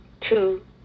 two